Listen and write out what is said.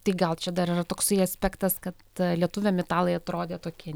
tai gal čia dar yra toksai aspektas kad lietuviam italai atrodė tokie